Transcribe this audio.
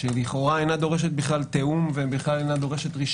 שלכאורה אינה דורשת תיאום ורישיון